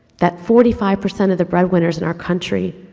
that forty five percent of the breadwinners in our country,